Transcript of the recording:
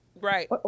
Right